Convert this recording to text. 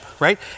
Right